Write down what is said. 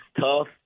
tough